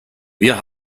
wir